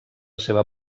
seva